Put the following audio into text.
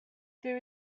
there